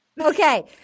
Okay